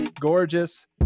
gorgeous